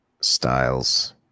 Styles